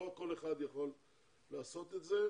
לא כל אחד יכול לעשות את זה.